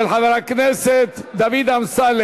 של חבר הכנסת דוד אמסלם,